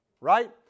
right